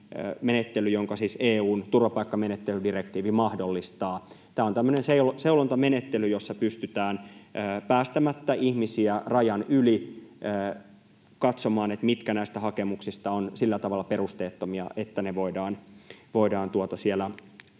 jonka siis EU:n turvapaikkamenettelydirektiivi mahdollistaa. Tämä on tämmöinen seulontamenettely, jossa pystytään päästämättä ihmisiä rajan yli katsomaan, mitkä näistä hakemuksista ovat sillä tavalla perusteettomia, että ne voidaan jo